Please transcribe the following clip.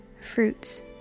fruits